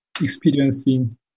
experiencing